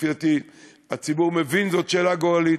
לפי דעתי הציבור מבין שזו שאלה גורלית,